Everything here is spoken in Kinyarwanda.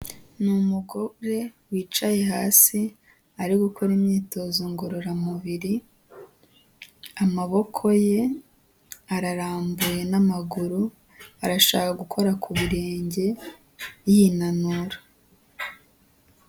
Ni umugore yicaye hasi ari gukora imyitozo ngororamubiri, amaboko ye ararambuye n'amaguru, arashaka gukora ku birenge yinanura.